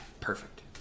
perfect